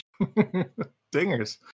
Dingers